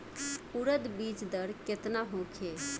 उरद बीज दर केतना होखे?